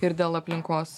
ir dėl aplinkos